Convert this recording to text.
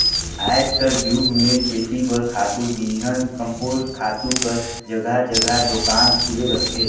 आएज कर जुग में खेती बर खातू, बीहन, कम्पोस्ट खातू कर जगहा जगहा दोकान खुले रहथे